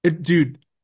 Dude